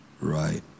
right